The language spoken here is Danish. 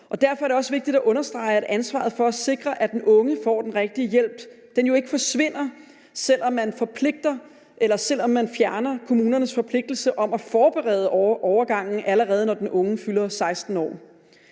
Derfor er det også vigtigt at understrege, at ansvaret for at sikre, at den unge får den rigtige hjælp, jo ikke forsvinder, selv om man fjerner kommunernes forpligtelse til at forberede overgangen, allerede når den unge fylder 16 år.